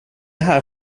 här